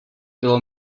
bylo